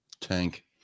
Tank